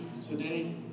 today